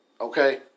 Okay